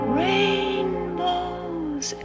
rainbows